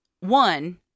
One